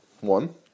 one